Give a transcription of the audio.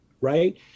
right